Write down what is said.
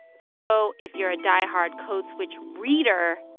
so if you're a diehard code switch reader,